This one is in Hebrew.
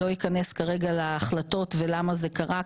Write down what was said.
לא ניכנס כרגע להחלטות ולמה זה קרה,